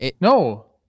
no